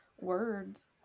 words